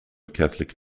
catholic